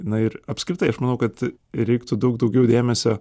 na ir apskritai aš manau kad reiktų daug daugiau dėmesio